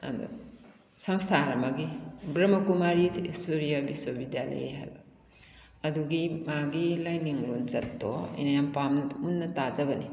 ꯑꯗꯨ ꯁꯪꯁꯊꯥꯟ ꯑꯃꯒꯤ ꯕ꯭ꯔꯝꯍꯀꯨꯃꯥꯔꯤ ꯁꯨꯔꯤꯌꯥ ꯕꯤꯁ꯭ꯋꯥꯕꯤꯗ꯭ꯌꯥꯂꯩ ꯍꯥꯏꯕ ꯑꯗꯨꯒꯤ ꯃꯥꯒꯤ ꯂꯥꯏꯅꯤꯡ ꯂꯣꯟꯆꯠꯇꯣ ꯑꯩꯅ ꯌꯥꯝ ꯄꯥꯝꯅ ꯃꯨꯟꯅ ꯇꯥꯖꯕꯅꯤ